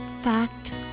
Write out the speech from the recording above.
fact